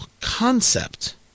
concept